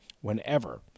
whenever